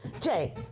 Jay